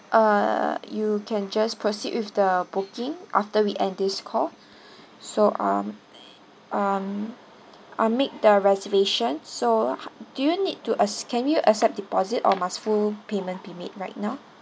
uh you can just proceed with the booking after we end this call so um um I'll make the reservation so do you need to uh can you accept deposit or must full payment be made right now